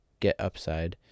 GetUpside